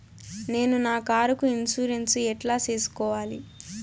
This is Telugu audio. నేను నా కారుకు ఇన్సూరెన్సు ఎట్లా సేసుకోవాలి